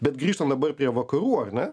bet grįžtant dabar prie vakarų ar ne